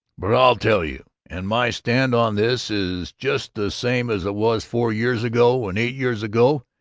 but i'll tell you and my stand on this is just the same as it was four years ago, and eight years ago,